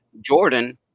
Jordan